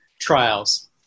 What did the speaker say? trials